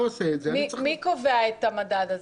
מי קובע את המדד?